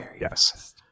yes